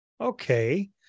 okay